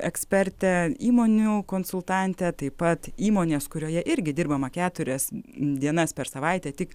ekspertė įmonių konsultantė taip pat įmonės kurioje irgi dirbama keturias dienas per savaitę tik